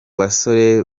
basore